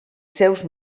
seus